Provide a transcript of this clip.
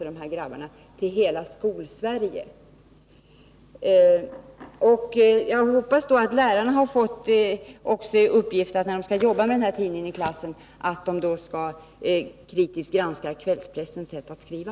De här grabbarna utlämnas till hela Skolsverige. Jag hoppas också att lärarna har fått i uppgift att, när de skall jobba med tidningen i klassen, kritiskt granska kvällspressens sätt att skriva.